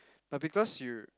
but because you